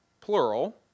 plural